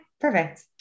perfect